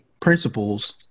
principles